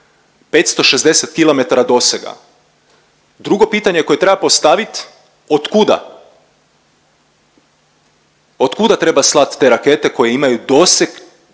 560 km dosega. Drugo pitanje koje treba postavit, od kuda? Od kuda treba slati te rakete koje imaju doseg